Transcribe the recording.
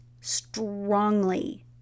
strongly